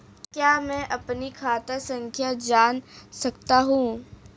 क्या मैं अपनी खाता संख्या जान सकता हूँ?